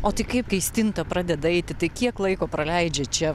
o tai kaip kai stinta pradeda eiti tai kiek laiko praleidžia čia